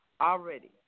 Already